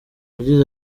yagize